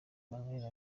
emmanuel